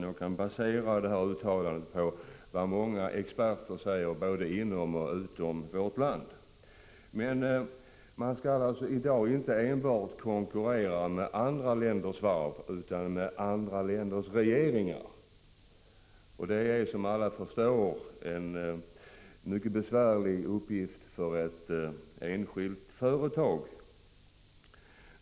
Jag kan basera det på vad många experter säger både inom och utom vårt land. Men varvet har hamnat i den situationen att det i dag inte skall konkurrera enbart med andra länders varv, utan med andra länders regeringar. Det är som alla förstår en mycket besvärlig uppgift för ett enskilt företag.